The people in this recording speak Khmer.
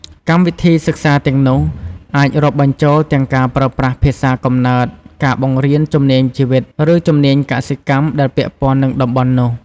កម្មវិធីសិក្សាទាំងនោះ អាចរាប់បញ្ចូលទាំងការប្រើប្រាស់ភាសាកំណើត ការបង្រៀនជំនាញជីវិត ឬជំនាញកសិកម្មដែលពាក់ព័ន្ធនឹងតំបន់នោះ។